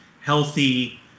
healthy